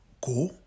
Go